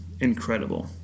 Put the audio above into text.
incredible